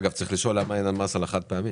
אגב, צריך לשאול למה אין מס על החד פעמי.